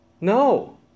No